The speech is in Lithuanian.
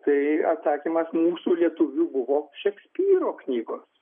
tai atsakymas mūsų lietuvių buvo šekspyro knygos